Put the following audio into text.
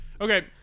Okay